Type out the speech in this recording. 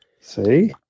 See